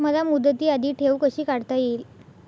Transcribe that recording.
मला मुदती आधी ठेव कशी काढता येईल?